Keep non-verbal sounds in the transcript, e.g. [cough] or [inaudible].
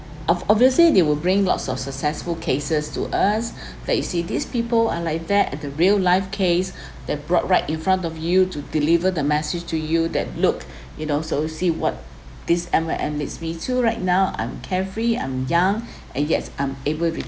obv~ obviously they will bring lots of successful cases to us [breath] that you see these people are like that the real life case [breath] they brought right in front of you to deliver the message to you that looked [breath] you know so see what this M_L_M leads me to right now I'm carefree I'm young [breath] and yes I'm able